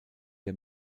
der